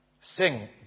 Sing